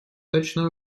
точно